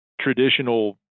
traditional